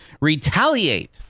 retaliate